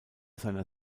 seiner